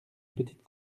petite